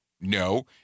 no